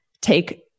take